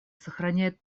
сохраняет